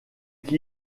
qui